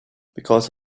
because